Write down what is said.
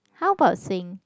how bout sing